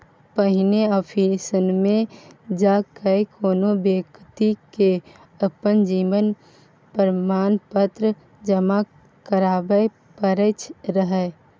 पहिने आफिसमे जा कए कोनो बेकती के अपन जीवन प्रमाण पत्र जमा कराबै परै रहय